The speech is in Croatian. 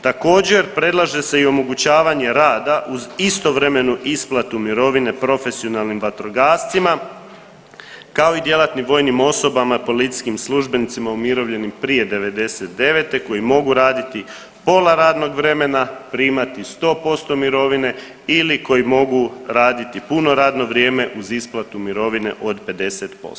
Također predlaže se i omogućavanje rada uz istovremenu isplate mirovine profesionalnim vatrogascima kao i djelatnim vojnim osobama i policijskim službenicima umirovljenim prije '99. koji mogu raditi pola radnog vremena, primati 100% mirovine ili koji mogu raditi puno radno vrijeme uz isplatu mirovine od 50%